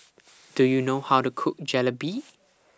Do YOU know How to Cook Jalebi